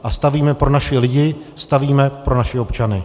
A stavíme pro naše lidi, stavíme pro naše občany.